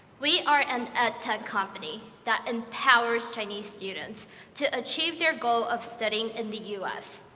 we are an ed-tech company that empowers chinese students to achieve their goal of studying in the us.